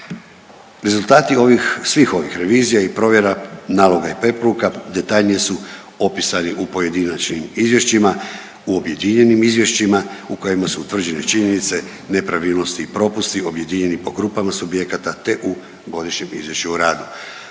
ovih, svih ovih revizija i provjera naloga i preporuka detaljnije su opisani u pojedinačnim izvješćima, u objedinjenim izvješćima u kojima su utvrđene činjenice, nepravilnosti i propusti objedinjeni po grupama subjekata, te u Godišnjem izvješću o radu.